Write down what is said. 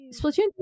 Splatoon